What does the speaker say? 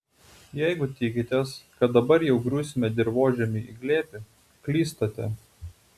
jeigu tikitės kad dabar jau griūsime dirvožemiui į glėbį klystate